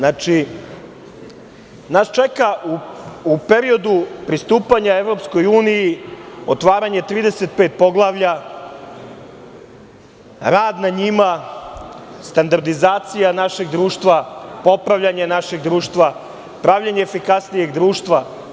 Nas čeka u periodu pristupanja EU, otvaranja 35 poglavlja, rad na njima, standardizacija našeg društva, popravljanje našeg društva, pravljenje efikasnijeg društva.